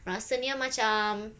rasanya macam